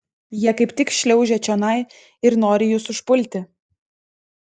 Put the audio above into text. jie kaip tik šliaužia čionai ir nori jus užpulti